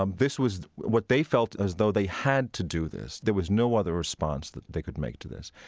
um this was what they felt as though they had to do this. there was no other response that they could make to this.